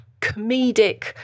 comedic